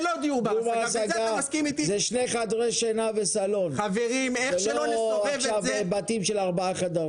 דיור בר השגה זה שני חדרי שינה וסלון ולא בתים של ארבעה חברים.